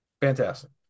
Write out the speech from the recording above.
Fantastic